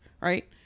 right